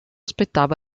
spettava